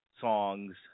songs